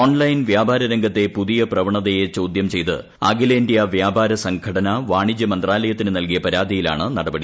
online വ്യാപാര രംഗൂരിത്ത് പുതിയ പ്രവണതയെ ചോദ്യം ചെയ്ത് അഖിലേന്ത്യാ വ്യാപാര സംപ്പ്ട്ടന വാണിജ്യമന്ത്രാലയത്തിന് നൽകിയ പരാതിയിലാണ് നടപടി